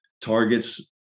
targets